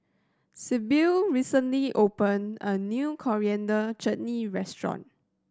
Sybil recently opened a new Coriander Chutney restaurant